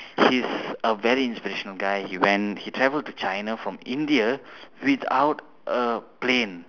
he's a very inspirational guy he went he traveled to china from india without a plane